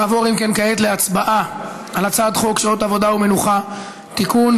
נעבור כעת להצבעה על הצעת חוק שעות עבודה ומנוחה (תיקון,